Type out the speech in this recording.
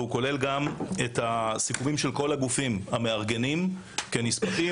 הוא כולל גם את הסיכומים של כל הגופים המארגנים כנספחים,